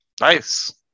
Nice